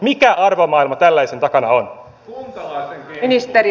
mikä arvomaailma tällaisen takana on